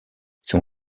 son